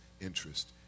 interest